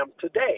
today